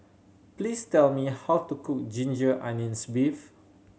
please tell me how to cook ginger onions beef